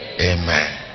Amen